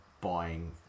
buying